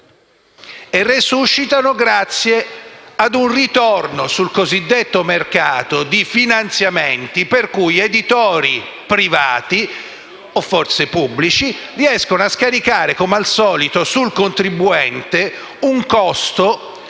resuscitano grazie ad un ritorno, sul cosiddetto mercato, di finanziamenti, per cui editori privati - o forse pubblici - riescono a scaricare come al solito sul contribuente un costo